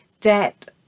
debt